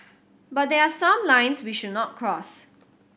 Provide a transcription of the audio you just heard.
but there are some lines we should not cross